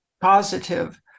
positive